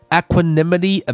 equanimity